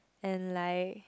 and like